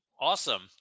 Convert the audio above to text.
Awesome